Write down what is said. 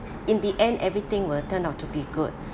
in the end everything will turn out to be good